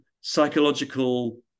psychological